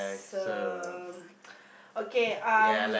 some okay um